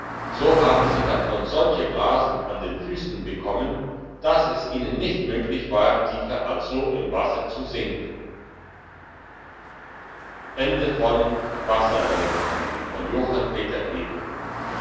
so haben sie davon solche blasen an den füssen bekommen dass es ihnen nicht möglich war tiefer als so im wasser zu sinken